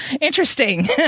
Interesting